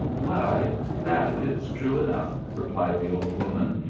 why, that is true enough, replied the old woman,